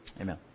Amen